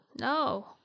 No